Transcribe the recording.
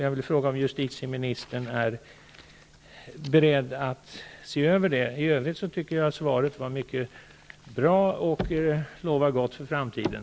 Jag vill fråga om justitieministern är beredd att se över det. I övrigt tycker jag att svaret är mycket bra och lovar gott för framtiden.